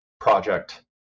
project